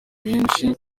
benshi